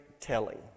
telling